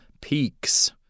Peaks